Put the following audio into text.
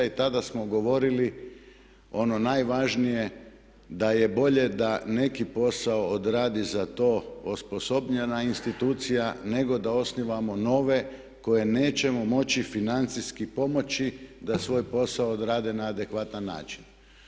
I tada smo govorili ono najvažnije da je bolje da neki posao odradi za to osposobljena institucija nego da osnivamo nove koje nećemo moći financijski pomoći da svoj posao odrade na adekvatan način.